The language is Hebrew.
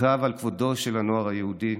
הקרב על כבודו של הנוער היהודי,